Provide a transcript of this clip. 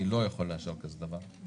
אני לא יכול לאשר כזה דבר.